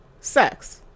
sex